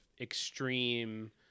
extreme